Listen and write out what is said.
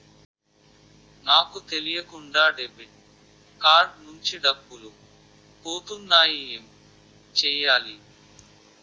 నాకు తెలియకుండా debit card నుంచి డబ్బులు పోతున్నాయి ఎం చెయ్యాలి?